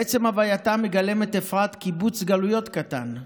בעצם הווייתה מגלמת אפרת קיבוץ גלויות קטן,